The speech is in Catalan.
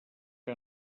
que